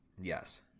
yes